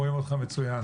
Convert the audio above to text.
רואים אותך מצוין.